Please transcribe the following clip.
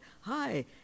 hi